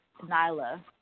Nyla